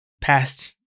past